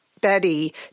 Betty